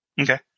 Okay